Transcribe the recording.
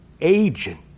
agent